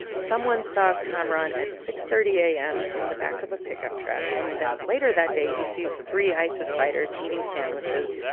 someone saw kamaran at six thirty a m. in the back of a pickup truck. and then later that day, he sees three isis fighters eating sandwiches,